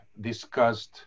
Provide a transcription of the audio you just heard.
discussed